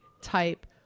type